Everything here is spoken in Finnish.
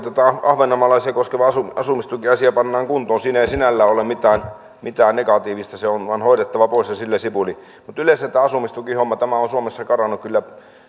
ahvenanmaalaisia koskeva asumistukiasia pannaan kuntoon siinä ei sinällään ole mitään negatiivista se on vaan hoidettava pois ja sillä sipuli mutta yleensä tämä asumistukihomma on suomessa karannut kyllä